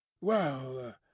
Well